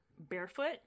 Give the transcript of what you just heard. barefoot